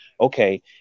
Okay